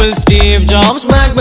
ah steve jobs was